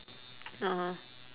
(uh huh)